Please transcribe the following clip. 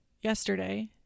yesterday